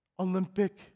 Olympic